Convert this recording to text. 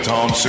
Tom